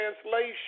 translation